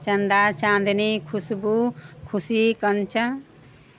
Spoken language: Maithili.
चन्दा चान्दनी खूशबू खुशी कञ्चन